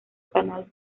canal